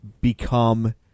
become